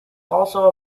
also